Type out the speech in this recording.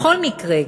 בכל מקרה,